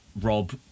Rob